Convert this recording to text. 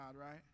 Right